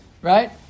right